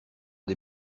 des